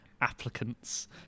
applicants